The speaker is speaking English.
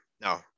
No